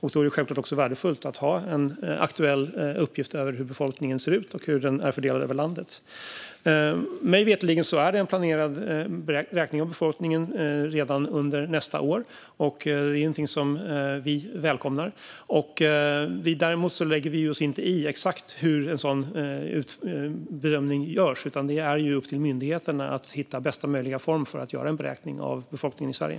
Då är det självklart också värdefullt att ha en aktuell uppgift på hur befolkningen ser ut och hur den är fördelad över landet. Mig veterligen är det en räkning av befolkningen planerad redan under nästa år. Det är någonting som vi välkomnar. Däremot lägger vi oss inte i exakt hur en sådan görs, utan det är upp till myndigheterna att hitta bästa möjliga form för att göra en beräkning av befolkningen i Sverige.